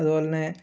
അതുപോലെതന്നെ